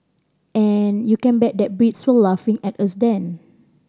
and you can bet that Brits were laughing at us then